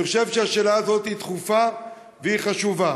אני חושב שהשאלה הזאת דחופה וחשובה.